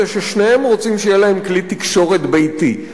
זה ששניהם רוצים שיהיה להם כלי תקשורת ביתי.